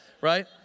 right